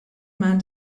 man